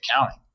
accounting